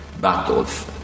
battles